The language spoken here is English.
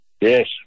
Yes